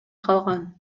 калган